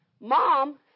Mom